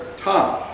Tom